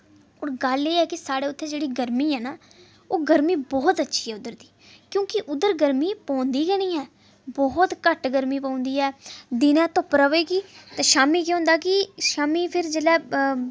गल्ल एह् ऐ कि साढ़े उत्थे जेह्ड़ी गरमी ऐ नां ओह् गरमी बोह्त अच्छी ऐ उद्धर दी क्योंकि उद्धर गरमी पौंदी गै निं ऐ बौह्त घट गरमी पौंदी ऐ दिन रवे गी ते शाम्मी फिर केह् होंदा कि शाम्मी